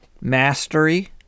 mastery